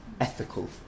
ethical